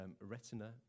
retina